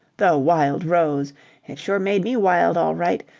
the wild rose it sure made me wild all right.